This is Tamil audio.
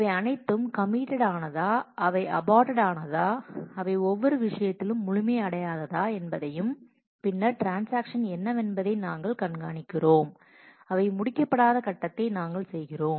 அவை அனைத்தும் கமிடெட் ஆனதா அவை அபார்டெட் ஆனதா அவை ஒவ்வொரு விஷயத்திலும் முழுமையடையாததா என்பதையும் பின்னர் ட்ரான்ஸாக்ஷன்ஸ் என்னவென்பதை நாங்கள் கண்காணிக்கிறோம் அவை முடிக்கப்படாத கட்டத்தை நாங்கள் செய்கிறோம்